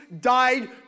died